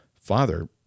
Father